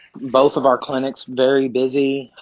both of our clinics very busy.